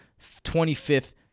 25th